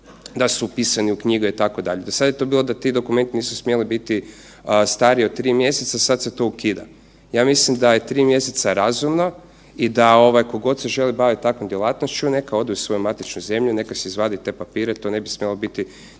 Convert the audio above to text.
da su upisani u knjige, itd. Do sada je bilo da ti dokumenti nisu smjeli biti stariji od 3 mjeseca, sad se to ukida. Ja mislim da je 3 mjeseca razumno i da tko god se želi baviti takvom djelatnošću, neka odu u svoje matične zemlje, neka se izvadi te papire, to ne bi smjelo biti